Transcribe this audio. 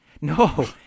No